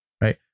right